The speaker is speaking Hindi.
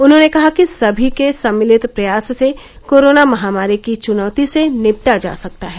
उन्होंने कहा कि सभी के सम्मिलित प्रयास से कोरोना महामारी की चुनौती से निपटा जा सकता है